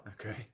Okay